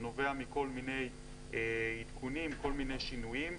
זה נובע מכל מיני עדכונים, כל מיני שינויים.